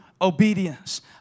obedience